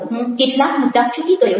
હું કેટલાક મુદ્દા ચૂકી ગયો છું